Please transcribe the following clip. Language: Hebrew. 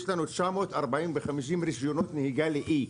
יש 945 רישיונות נהיגה ל-E.